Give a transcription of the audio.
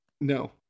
No